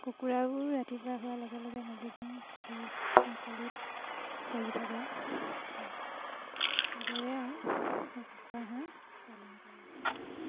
কুকুৰাও ৰাতিপুৱা হোৱাৰ লগে লগে মেলি দিওঁ সিহঁতি মুকলিত চৰি থাকে এইদৰে আৰু কুকুৰা হাঁহ পালন কৰি আছোঁ